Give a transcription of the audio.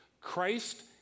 Christ